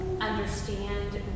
understand